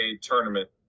tournament